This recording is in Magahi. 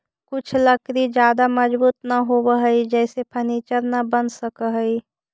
कुछ लकड़ी ज्यादा मजबूत न होवऽ हइ जेसे फर्नीचर न बन सकऽ हइ